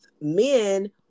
men